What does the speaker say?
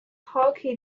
hockey